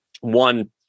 one